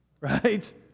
right